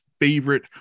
favorite